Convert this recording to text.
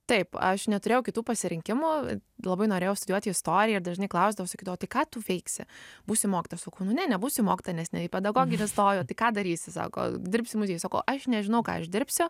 taip aš neturėjau kitų pasirinkimų labai norėjau studijuoti istoriją ir dažnai klausdavo sakydavo tai ką tu veiksi būsi mokytoja sakau nu ne nebūsiu mokytoja nes ne į pedagoginį stoju tai ką darysi sako dirbsi muziejuj sako aš nežinau ką aš uždirbsiu